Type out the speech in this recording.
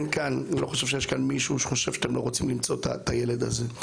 אני לא חושב שיש כאן מישהו שחושב שאתם לא רוצים למצוא את הילד הזה.